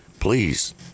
Please